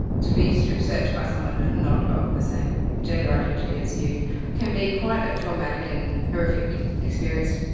to be strip-searched by someone not of the same gender identity as you can be quite a traumatic and horrific experience.